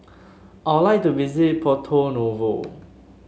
I would like to visit Porto Novo